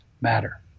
matter